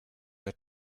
your